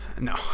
no